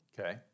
Okay